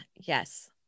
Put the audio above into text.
Yes